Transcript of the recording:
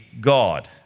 God